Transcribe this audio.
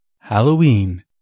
Halloween